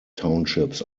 townships